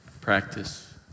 Practice